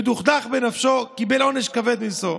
הוא מדוכדך בנפשו, קיבל עונש כבד מנשוא.